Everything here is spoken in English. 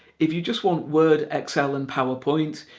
if you just want word, excel and powerpoint,